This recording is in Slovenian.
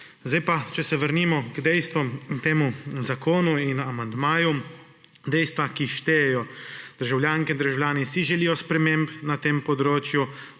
realnost. Če se vrnemo k dejstvu in temu zakonu in amandmaju. Dejstva, ki štejejo, državljanke in državljani si želijo sprememb na tem področju,